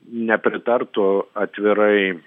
nepritartų atvirai